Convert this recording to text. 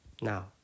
Now